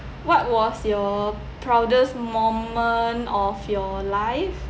what was your proudest moment of your life